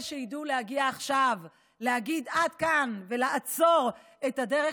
שידעו להגיע עכשיו ולהגיד "עד כאן" ולעצור את הדרך